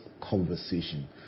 conversation